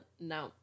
no